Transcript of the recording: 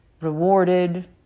rewarded